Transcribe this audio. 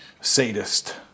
sadist